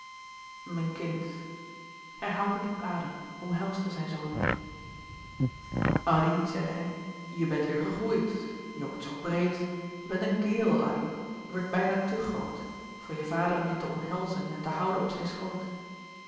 mijn kind hij haalde diep adem omhelsde zijn zoon addy zeide hij je bent weêr gegroeid je wordt zoo breed je bent een kerel addy je wordt bijna te groot voor je vader om je te omhelzen en te houden op zijn schoot